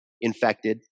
infected